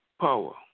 power